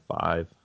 five